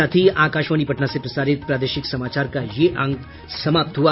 इसके साथ ही आकाशवाणी पटना से प्रसारित प्रादेशिक समाचार का ये अंक समाप्त हुआ